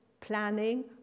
planning